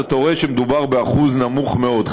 אז אתה רואה שמדובר באחוז נמוך מאוד,